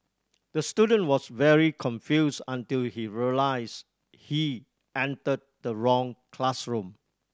the student was very confused until he realised he entered the wrong classroom